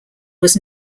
was